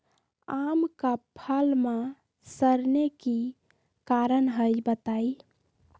आम क फल म सरने कि कारण हई बताई?